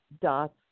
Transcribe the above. dots